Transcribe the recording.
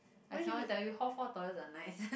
I cannot tell you hall four toilets are nice